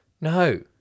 No